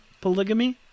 polygamy